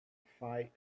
fight